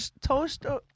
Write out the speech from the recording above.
toaster